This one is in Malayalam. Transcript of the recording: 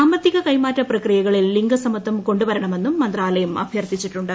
സാമ്പത്തിക കൈമാറ്റ പ്രക്രിയകളിൽ ലിംഗ സമത്വം കൊണ്ടുവരണ മെന്നും മന്ത്രാലയം അഭ്യർത്ഥിച്ചിട്ടുണ്ട്